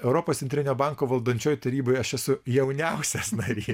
europos centrinio banko valdančioj taryboj aš esu jauniausias narys